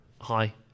hi